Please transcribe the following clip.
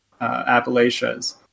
Appalachia's